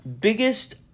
Biggest